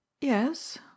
Yes